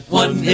one